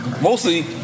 mostly